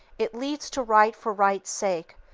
it leads to right for right's sake,